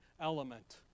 element